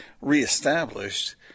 reestablished